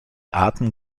arten